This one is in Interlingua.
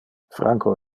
franco